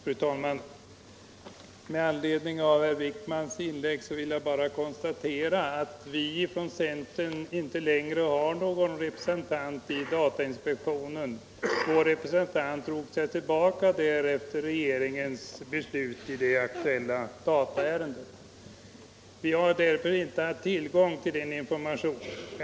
Fru talman! Med anledning av herr Wijkmans inlägg vill jag bara konstatera att vi från centern inte längre har någon representant i datainspektionen. Vår representant drog sig tillbaka efter regeringens beslut i det aktuella dataärendet. Vi har därför inte haft tillgång till herr Wijkmans information.